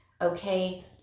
okay